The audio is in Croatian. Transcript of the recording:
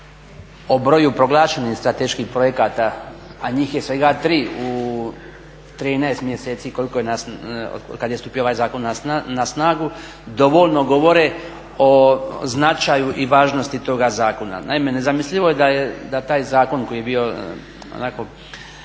o broju proglašenih strateških projekata, a njih je svega tri u 13 mjeseci kad je stupio ovaj zakon na snagu, dovoljno govore o značaju i važnosti toga zakona. Naime, nezamislivo je da taj zakon koji je bio